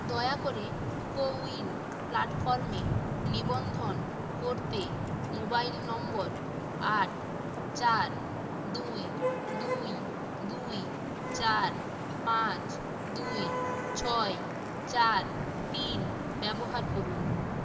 দয়া করে CoWIN প্ল্যাটফর্মে নিবন্ধন করতে মোবাইল নম্বর আট চার দুই দুই দুই চার পাঁচ দুই ছয় চার তিন ব্যবহার করুন